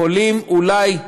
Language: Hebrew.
יכולים אולי,